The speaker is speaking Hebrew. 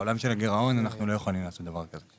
בעולם של הגירעון אנחנו לא יכולים לעשות דבר כזה.